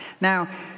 Now